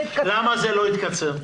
למה זה לא יתקצר?